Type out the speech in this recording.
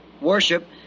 worship